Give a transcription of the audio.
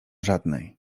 żadnej